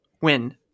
win